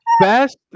Best